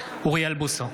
אוריאל בוסו,